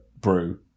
brew